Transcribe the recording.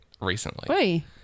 Recently